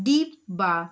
deep বা